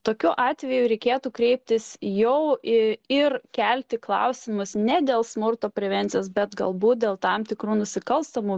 tokiu atveju reikėtų kreiptis jau į ir kelti klausimus ne dėl smurto prevencijos bet galbūt dėl tam tikrų nusikalstamų